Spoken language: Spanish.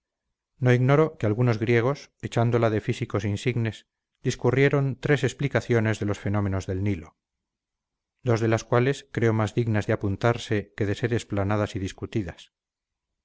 no ignoro que algunos griegos echándola de físicos insignes discurrieron tres explicaciones de los fenómenos del nilo dos de las cuales creo más dignas de apuntarse que de ser explanadas y discutidas